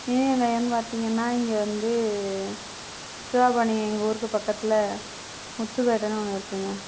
நீர் நிலையனு பார்த்திங்கன்னா இங்கே வந்து சுற்றுலா பயணி எங்கள் ஊருக்கு பக்கத்தில் முத்துபேட்டைனு ஒன்று இருக்குங்க